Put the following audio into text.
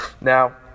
Now